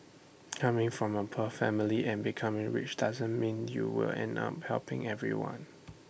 coming from A poor family and becoming rich doesn't mean you will end up helping everyone